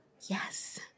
Yes